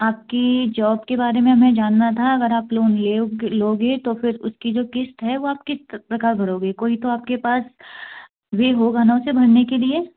आपकी जॉब के बारे में हमें जानना था अगर आप लोन लोगे तो फिर उसकी जो किस्त है वो आप किस प्रकार भरोगे कोई तो आपके पास वे होगा ना उसे भरने के लिए